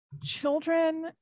children